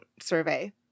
survey